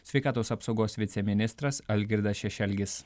sveikatos apsaugos viceministras algirdas šešelgis